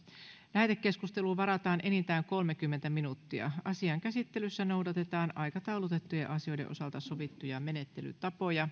lähetekeskusteluun varataan enintään kolmekymmentä minuuttia asian käsittelyssä noudatetaan aikataulutettujen asioiden osalta sovittuja menettelytapoja